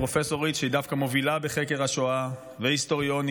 פרופסורית שהיא דווקא מובילה בחקר השואה והיסטוריונית,